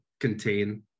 contain